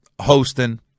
hosting